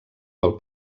pel